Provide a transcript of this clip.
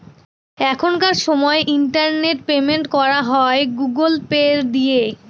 এখনকার সময় internet payment করা হয় গুগুল পে দিয়ে